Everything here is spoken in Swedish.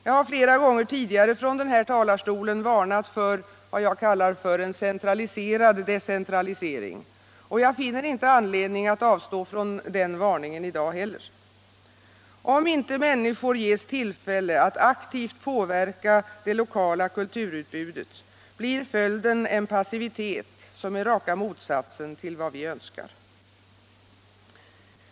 Jag har flera gånger tidigare från den här talarstolen varnat för vad jag kallar en ”centraliserad decentralisering”, och jag finner inte anledning att avstå från den varningen i dag heller. Om inte människor ges tillfälle att aktivt påverka det lokala kulturutbudet blir följden en passivitet som är raka motsatsen till vad vi önskar.